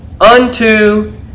unto